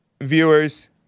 viewers